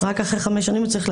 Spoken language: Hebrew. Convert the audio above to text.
אחרי חמש שנים הוא יצטרך עוד פעם.